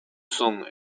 son